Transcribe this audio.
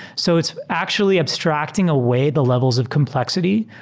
so it's actually abstracting away the levels of complexity,